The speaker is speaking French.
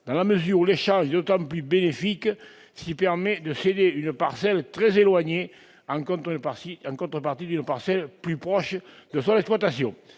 dans la mesure où l'échange est particulièrement bénéfique s'il permet de céder une parcelle très éloignée en contrepartie d'une parcelle plus proche de son exploitation.